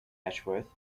ashworth